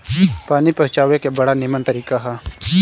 पानी पहुँचावे के बड़ा निमन तरीका हअ